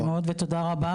שלום ותודה רבה,